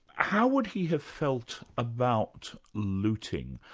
how would he have felt about looting?